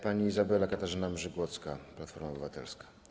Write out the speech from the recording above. Pani Izabela Katarzyna Mrzygłocka, Platforma Obywatelska.